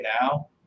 now